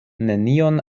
nenion